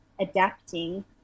adapting